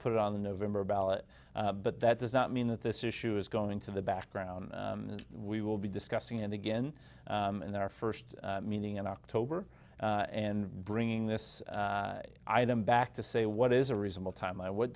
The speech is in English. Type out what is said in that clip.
put on the november ballot but that does not mean that this issue is going into the background and we will be discussing it again in their first meeting in october and bringing this item back to say what is a reasonable time i would